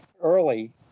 early